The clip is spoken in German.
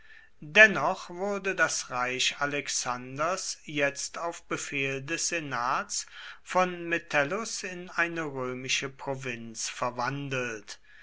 dennoch wurde das reich alexanders jetzt auf befehl des senats von metellus in eine römische provinz verwandelt